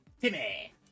Timmy